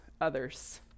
others